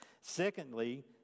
Secondly